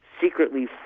secretly